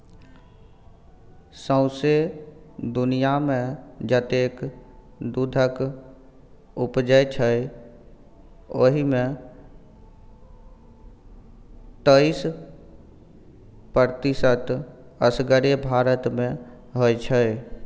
सौंसे दुनियाँमे जतेक दुधक उपजै छै ओहि मे तैइस प्रतिशत असगरे भारत मे होइ छै